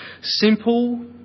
simple